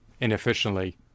inefficiently